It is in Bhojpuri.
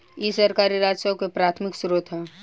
इ सरकारी राजस्व के प्राथमिक स्रोत ह